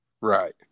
Right